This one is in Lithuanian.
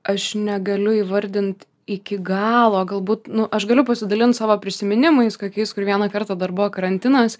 aš negaliu įvardint iki galo galbūt nu aš galiu pasidalint savo prisiminimais kokiais kur vieną kartą dar buvo karantinas